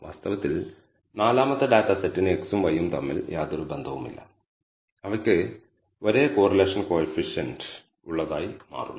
വാസ്തവത്തിൽ നാലാമത്തെ ഡാറ്റാ സെറ്റിന് x ഉം y ഉം തമ്മിൽ യാതൊരു ബന്ധവുമില്ല അവയ്ക്ക് ഒരേ കോറിലേഷൻ കോയിഫിഷ്യന്റ് ഉള്ളതായി മാറുന്നു